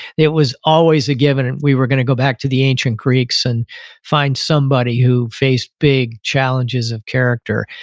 it was always a given that and we were going to go back to the ancient greeks, and find somebody who faced big challenges of character.